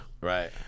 right